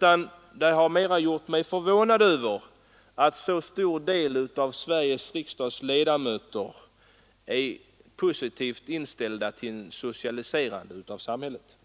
Jag har i stället blivit förvånad över att så stor del av Sveriges riksdags ledamöter är positivt inställda till en socialisering av samhället.